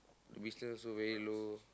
business also very low